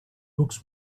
books